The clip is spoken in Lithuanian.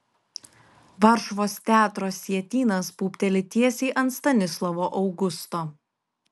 varšuvos teatro sietynas pūpteli tiesiai ant stanislovo augusto